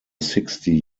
sixty